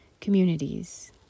communities